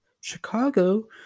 Chicago